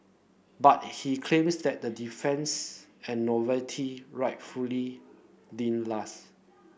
but he claims that the deference and novelty rightfully didn't last